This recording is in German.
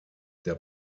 der